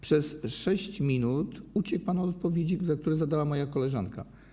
Przez 6 minut uciekał pan od odpowiedzi, które zadała moja koleżanka.